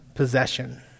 possession